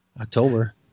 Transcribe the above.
october